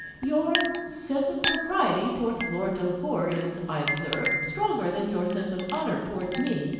your sense of propriety towards lord delacour is, i observe, stronger than your sense of honour towards me.